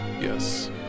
Yes